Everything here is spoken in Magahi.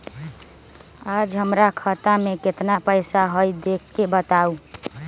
आज हमरा खाता में केतना पैसा हई देख के बताउ?